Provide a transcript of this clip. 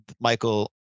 Michael